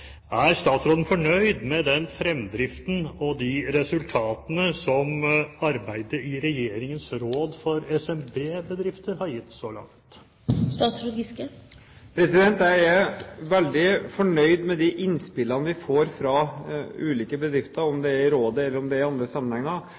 Er statsråden nå fornøyd med den fremdriften og de resultatene som arbeidet i regjeringens råd for SMB-bedrifter har gitt så langt? Jeg er veldig fornøyd med de innspillene vi får fra ulike bedrifter, om